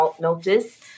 notice